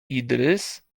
idrys